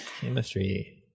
Chemistry